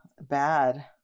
bad